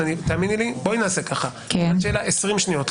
עשרים שניות.